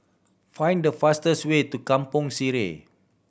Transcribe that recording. find the fastest way to Kampong Sireh